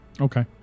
Okay